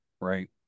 right